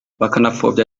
bakanapfobya